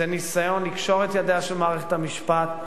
זה ניסיון לקשור את ידיה של מערכת המשפט,